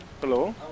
Hello